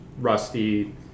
rusty